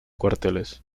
cuarteles